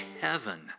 heaven